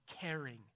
caring